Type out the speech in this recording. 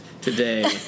today